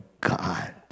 God